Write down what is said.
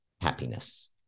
happiness